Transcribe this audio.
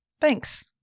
Thanks